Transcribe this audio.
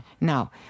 Now